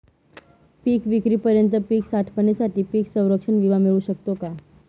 पिकविक्रीपर्यंत पीक साठवणीसाठी पीक संरक्षण विमा मिळू शकतो का?